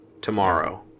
tomorrow